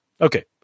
Okay